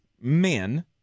men